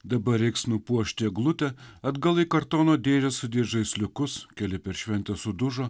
dabar reiks nupuošti eglutę atgal į kartono dėžę sudėt žaisliukus keli per šventes sudužo